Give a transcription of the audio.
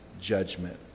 judgment